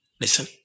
Listen